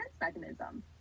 mechanism